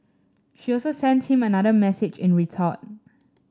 she also sent him another message in retort